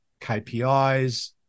KPIs